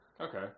Okay